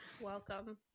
Welcome